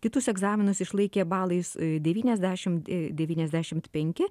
kitus egzaminus išlaikė balais devyniasdešimt devyniasdešimt penki